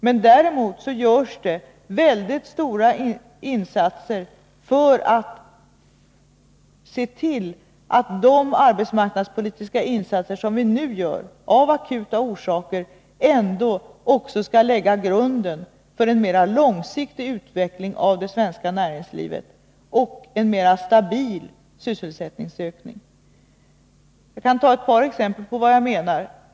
Men det görs väldigt mycket för att se till att de arbetsmarknadspolitiska insatser som vi nu gör av akuta orsaker ändå skall lägga grunden för en mer långsiktig utveckling av det svenska näringslivet med en mer stabil sysselsättningsutveckling. Jag kan ge ett par exempel på vad jag menar.